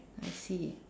I see